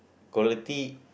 quality